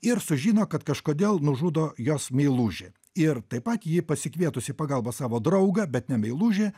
ir sužino kad kažkodėl nužudo jos meilužį ir taip pat jį pasikvietus į pagalbą savo draugą bet ne meilužį